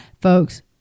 folks